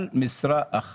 כל זה בגלל משרה אחת.